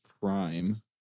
Prime